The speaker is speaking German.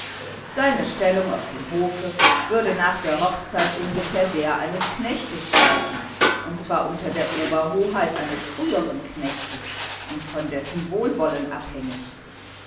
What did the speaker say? seine stellung auf dem hofe würde nach der hochzeit ungefähr der eines knechtes gleichen und zwar unter der oberhoheit eines früheren knechtes und von dessen wohlwollen abhängig